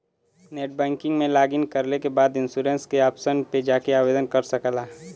net banking में login करे के बाद इन्शुरन्स के ऑप्शन पे जाके आवेदन कर सकला